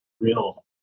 real